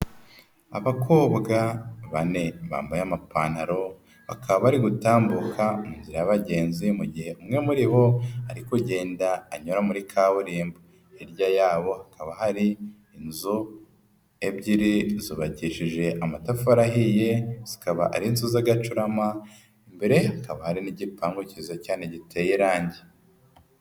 Abakobwa bane bambaye amapantalo bakaba bari gutambuka mu nzira y'abagenzi, mu gihe umwe muri bo ari kugenda anyura muri kaburimbo, hirya yabo hakaba hari inzu ebyiri zubakishije amatafari ahiye, zikaba ari inzu z'agacurama, imbere hakaba hari n'igipangu cyiza cyane giteye irangi.